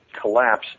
Collapse